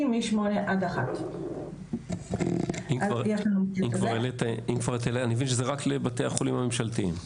מ-08:00 עד 13:00. אני מבין שזה רק לבתי החולים הממשלתיים.